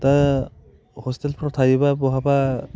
दा हसटेलफ्राव थायोब्ला बहाबा